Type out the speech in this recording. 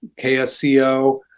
KSCO